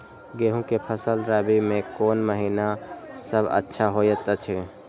गेहूँ के फसल रबि मे कोन महिना सब अच्छा होयत अछि?